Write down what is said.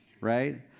right